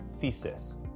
thesis